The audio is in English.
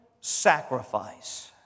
sacrifice